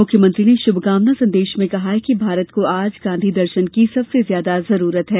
मुख्यमंत्री ने शुभकामना संदेश में कहा कि भारत को आज गाँधी दर्शन की सबसे ज्यादा जरूरत है